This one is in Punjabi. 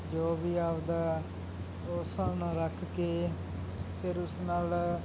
ਜੋ ਵੀ ਆਪਣਾ ਉਸ ਹਿਸਾਬ ਨਾਲ ਰੱਖ ਕੇ ਫਿਰ ਉਸ ਨਾਲ